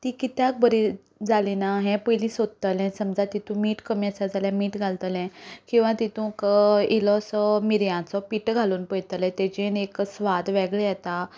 ती कित्याक बरी जाली ना हें पयलीं सोदतलें समजा तातूंत मीठ कमी आसा जाल्या मीठ घालतलें किंवा तातूंत इल्लोसो मिर्यांचो पिठो घालून पळयतलें ताज्यांत एक स्वाद वेगळो येता